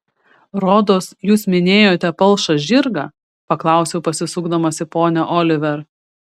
rodos jūs minėjote palšą žirgą paklausiau pasisukdamas į ponią oliver